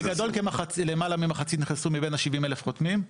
בגדול למעלה ממחצית נכנסו, מבין 70,000 החותמים.